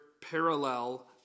parallel